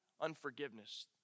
unforgiveness